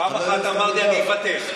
פעם אחת אמרתי, אני אוותר.